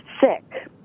sick